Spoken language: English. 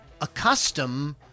accustomed